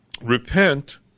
repent